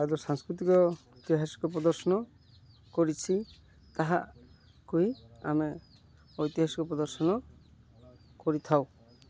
ଆଦି ସାଂସ୍କୃତିକ ଐତିହାସିକ ପ୍ରଦର୍ଶନ କରିଛି ତାହାକୁ ଆମେ ଐତିହାସିକ ପ୍ରଦର୍ଶନ କରିଥାଉ